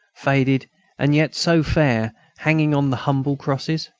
faded and yet so fair, hanging on the humble crosses?